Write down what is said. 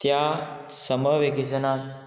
त्या समर वेकेशनांत